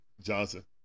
Johnson